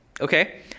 Okay